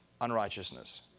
unrighteousness